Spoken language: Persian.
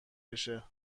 بشه